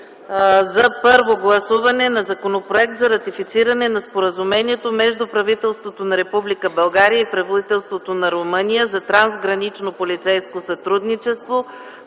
на първо гласуване Законопроекта за ратифициране на Споразумението между правителството на Република България и правителството на Румъния за трансгранично полицейско сътрудничество